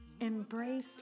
Embrace